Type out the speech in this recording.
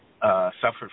Suffered